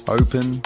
open